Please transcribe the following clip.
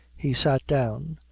he sat down,